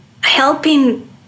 helping